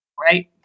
right